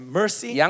mercy